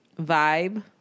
vibe